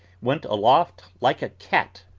went aloft like a cat,